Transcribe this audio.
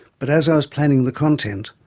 but as i was planning the content,